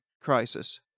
crisis